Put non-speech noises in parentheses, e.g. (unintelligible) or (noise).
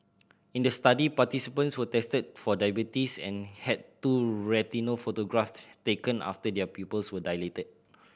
in the study participants were tested for diabetes and had two retinal photograph (unintelligible) taken after their pupils were dilated